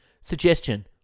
Suggestion